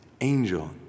angel